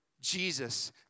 Jesus